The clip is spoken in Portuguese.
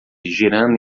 girando